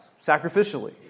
sacrificially